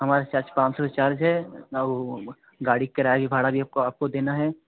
हमारा चार्ज पाँच सो से चार्ज है इतना वह गाड़ी का किराया भी भाड़ा भी उसका आपको देना है